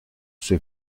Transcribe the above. suo